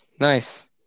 Nice